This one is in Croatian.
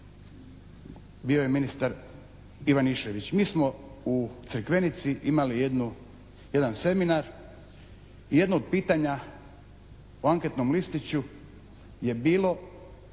bio je ministar Ivanišević. Mi smo u Crikvenici imali jedan seminar i jedno od pitanja o anketnom listiću je bilo